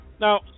Now